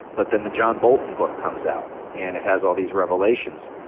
but then the john bolton book comes out, and it has all these revelations.